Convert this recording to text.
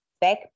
back